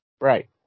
Right